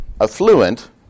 affluent